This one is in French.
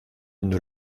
une